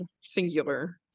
singular